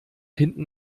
hinten